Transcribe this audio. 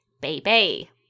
Baby